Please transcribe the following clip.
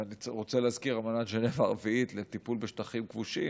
ואני רוצה להזכיר שבאמנת ז'נבה הרביעית לטיפול בשטחים כבושים,